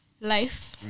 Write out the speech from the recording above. life